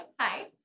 Hi